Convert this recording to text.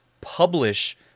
publish